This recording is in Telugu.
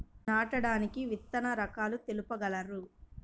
నాటడానికి విత్తన రకాలు తెలుపగలరు?